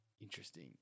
Interesting